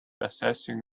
assessing